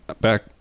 back